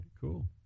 Cool